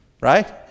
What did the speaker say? right